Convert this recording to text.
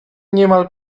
niemal